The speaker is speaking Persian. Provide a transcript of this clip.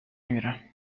میرم